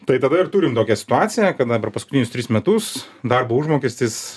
tai tada ir turim tokią situaciją kada per paskutinius tris metus darbo užmokestis